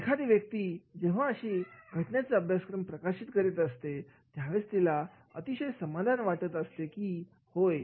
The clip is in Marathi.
एखादी व्यक्ती जेव्हा अशा घटनेचा अभ्यासक्रम प्रकाशित करीत असतेत्यावेळेस तिला अतिशय समाधान वाटत असते कीहोय